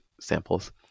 samples